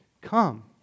Come